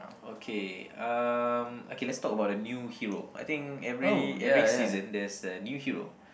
okay um okay let's talk about the new hero I think every every season there's a new hero